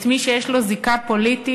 את מי שיש לו זיקה פוליטית,